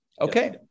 Okay